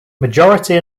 majority